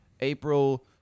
april